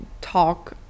talk